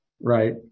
Right